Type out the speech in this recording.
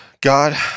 God